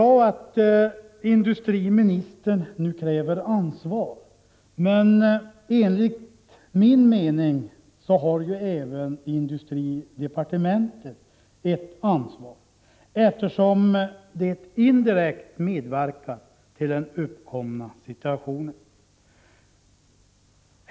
1985/86:69 bra att industriministern nu kräver ansvar, men enligt min mening har även 4 februari 1986 industridepartementet ett ansvar, eftersom det indirekt medverkat till den uppkomna situationen.